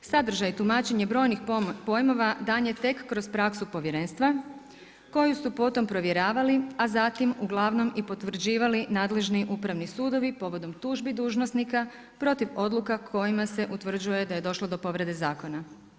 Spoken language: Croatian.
Sadržaj tumačenje brojnih pojmova dan je tek kroz praksu Povjerenstva koji su potom provjeravali, a zatim uglavnom i potvrđivali nadležni upravni sudovi povodom tužbi dužnosnika protiv odluka kojima se utvrđuje da je došlo do povrede zakona.